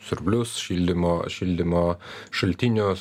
siurblius šildymo šildymo šaltinius